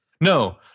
No